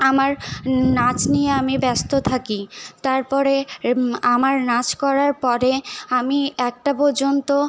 আমার নাচ নিয়ে আমি ব্যস্ত থাকি তারপরে আমার নাচ করার পরে আমি একটা পর্যন্ত